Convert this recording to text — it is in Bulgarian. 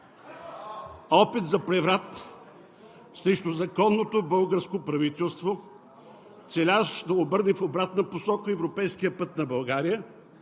опит за преврат срещу законното българско правителство, целящ да обърне в обратна посока европейския път на България,